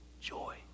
joy